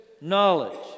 knowledge